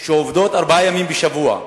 שעובדות ארבעה ימים בשבוע.